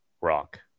rock